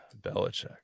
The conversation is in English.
Belichick